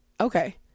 Okay